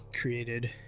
Created